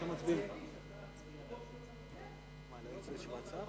או שתתקן את ההצעה ברוח שאני אומרת.